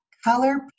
color